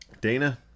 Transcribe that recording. Dana